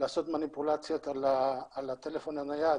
לעשות מניפולציות על הטלפון הנייד